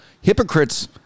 hypocrites